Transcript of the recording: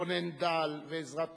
"חונן דל" ו"עזרת נשים"